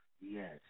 Yes